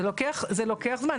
זה לוקח זמן.